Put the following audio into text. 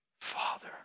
Father